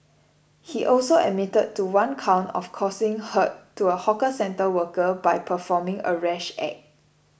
he also admitted to one count of causing hurt to a hawker centre worker by performing a rash act